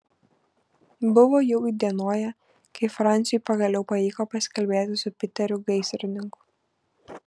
buvo jau įdienoję kai franciui pagaliau pavyko pasikalbėti su piteriu gaisrininku